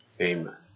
Amen